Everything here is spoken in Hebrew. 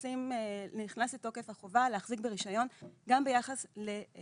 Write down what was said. נכנס לתוקף החובה להחזיק ברישיון על מנת